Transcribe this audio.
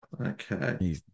okay